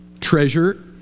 treasure